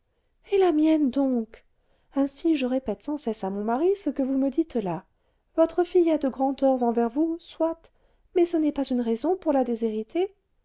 et la mienne donc ainsi je répète sans cesse à mon mari ce que vous me dites là votre fille a de grands torts envers vous soit mais ce n'est pas une raison pour la déshériter